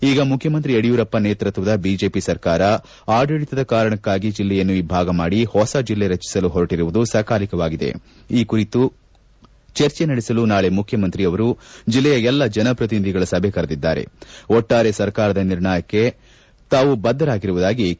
ಈಗ ಮುಖ್ಯಮಂತ್ರಿ ಯಡಿಯೂರಪ್ಪ ನೇತೃತ್ವದ ಬಿಜೆಪಿ ಸರ್ಕಾರ ಆಡಳಿತದ ಕಾರಣಕ್ಕಾಗಿ ಜಿಲ್ಲೆಯನ್ನು ಇಬ್ಬಾಗ ಮಾಡಿ ಹೊಸ ಜಿಲ್ಲೆ ರಚಿಸಲು ಹೊರಟಿರುವುದು ಸಕಾಲಿಕವಾಗಿದೆ ಈ ಕುರಿತು ಚರ್ಚೆ ನಡೆಸಲು ನಾಳೆ ಮುಖ್ಯಮಂತ್ರಿ ಅವರು ಜಿಲ್ಲೆಯ ಎಲ್ಲ ಜನಪ್ರತಿನಿಧಿಗಳ ಸಭೆ ಕರೆದಿದ್ದಾರೆ ಒಟ್ಟಾರೆ ಸರ್ಕಾರದ ನಿರ್ಣಯಕ್ಕೆ ತಾವು ಬದ್ಧವಾಗಿರುವುದಾಗಿ ಕೆ